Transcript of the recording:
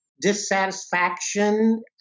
dissatisfaction